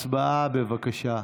הצבעה, בבקשה.